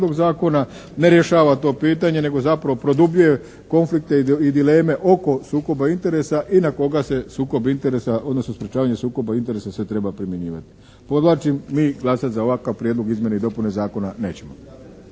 ne rješava to pitanje nego zapravo produbljuje konflikte i dileme oko sukoba interesa i na koga se sukob interesa odnosno sprječavanje sukoba interesa sve treba primjenjivati. Podvlačim, mi glasat za ovakav prijedlog izmjena i dopuna zakona nećemo.